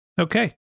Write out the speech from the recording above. Okay